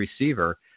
receiver